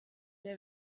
der